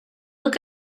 look